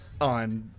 ...on